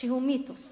שהוא מיתוס